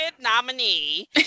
nominee